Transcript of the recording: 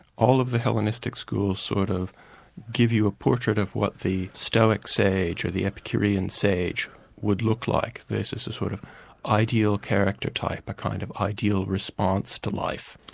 all of the hellenistic schools sort of give you a portrait of what the stoic sage, or the epicurean sage would look like. theirs is a sort of ideal character type, a kind of ideal response to life.